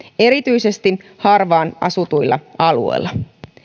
erityisesti harvaan asutuilla alueilla